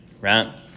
right